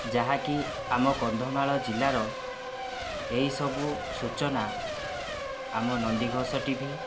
ଯାହାକି ଆମ କନ୍ଧମାଳ ଜିଲ୍ଲାର ଏହିସବୁ ସୂଚନା ଆମ ନନ୍ଦିଘୋଷ ଟିଭି